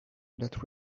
that